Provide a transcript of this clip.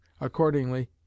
Accordingly